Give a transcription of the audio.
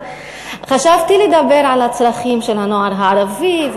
חשבתי לדבר על הצרכים של הנוער הערבי,